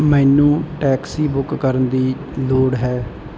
ਮੈਨੂੰ taxi book ਕਰਨ ਦੀ ਲੋੜ ਹੈ